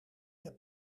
heb